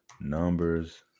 Numbers